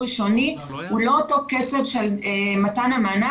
היא הספיקה ללמוד קצת בספטמבר?